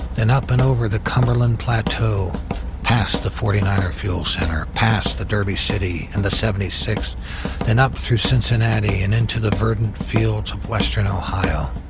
then up and over the cumberland plateau past the forty nine er fuel center, past the derby city and the seventy six then up through cincinnati and into the verdant fields of western ohio.